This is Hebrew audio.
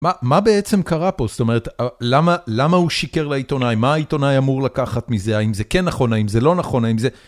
מה בעצם קרה פה? זאת אומרת, למה הוא שיקר לעיתונאי? מה העיתונאי אמור לקחת מזה? האם זה כן נכון, האם זה לא נכון, האם זה...